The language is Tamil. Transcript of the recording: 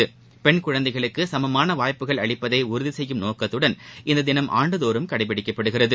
பெண் குழந்தைகள் தினம் குழந்தைகளுக்குசமமானவாய்ப்புகள் அளிப்பதைஉறுதிசெய்யும் நோக்கத்துடன் இந்ததினம் ஆண்டுதோறும் கடைபிடிக்கப்படுகிறது